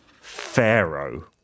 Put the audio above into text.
pharaoh